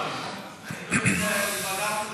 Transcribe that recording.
להעביר את הנושא לוועדת העבודה,